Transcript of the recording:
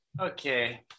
Okay